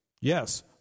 Yes